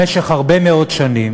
במשך הרבה מאוד שנים